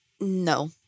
No